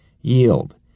yield